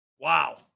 Wow